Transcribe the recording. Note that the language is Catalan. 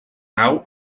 nau